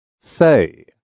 Say